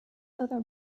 other